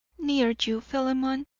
near you, philemon,